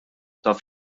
taf